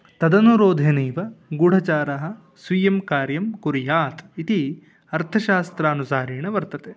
तदनुरोधेनैव गूढचारः स्वीयं कार्यं कुर्यात् इति अर्थशास्त्रानुसारेण वर्तते